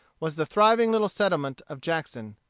was the thriving little settlement of jackson.